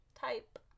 type